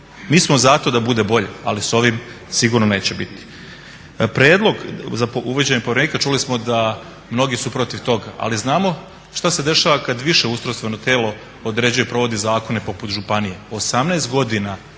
Mi smo za to da bude bolje, ali s ovim sigurno neće biti. Predlog za uvođenje poverenika čuli smo da mnogi su protiv toga, ali znamo šta se dešava kad više ustrojstveno telo određuje i provodi zakone poput županije.